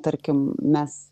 tarkim mes